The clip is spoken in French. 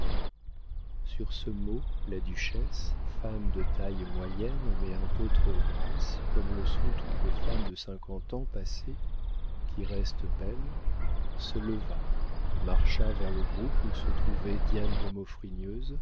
sur ce mot la duchesse femme de taille moyenne mais un peu trop grasse comme le sont toutes les femmes de cinquante ans passés qui restent belles se leva marcha vers le groupe où se trouvait diane de